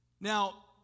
Now